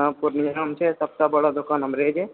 हँ पूर्णियामे छै सबसँ बड़ऽ दुकान हमरे छै